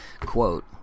Quote